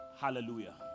Hallelujah